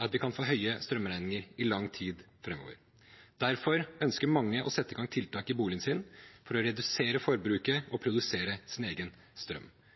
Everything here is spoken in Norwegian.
at vi kan få høye strømregninger i lang tid framover. Derfor ønsker mange å sette i gang tiltak i boligen sin for å redusere forbruket og produsere sin egen strøm.